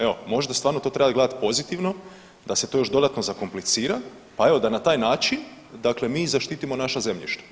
Evo možda stvarno to treba gledat pozitivno da se to još dodatno zakomplicira, pa evo da na taj način dakle mi zaštitimo naša zemljišta.